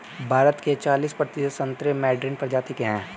भारत के चालिस प्रतिशत संतरे मैडरीन प्रजाति के हैं